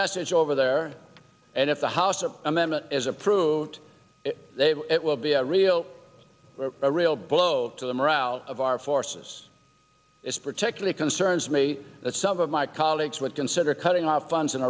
message over there and if the house of amendment is approved it will be a real a real blow to the morale of our forces it's particularly concerns me that some of my colleagues would consider cutting off funds in